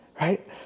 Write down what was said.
Right